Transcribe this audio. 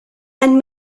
and